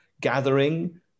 gathering